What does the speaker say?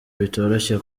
bitoroshye